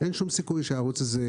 אלה לא ערוצים שמחלקים דיבידנד,